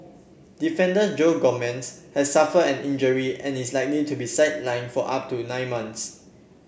defender Joe Gomez has suffered an injury and is likely to be sidelined for up to nine months